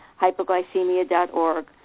hypoglycemia.org